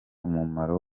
umumaro